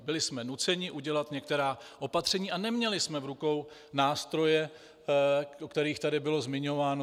Byli jsme nuceni udělat některá opatření a neměli jsme v rukou nástroje, o kterých tady bylo zmiňováno.